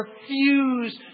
refuse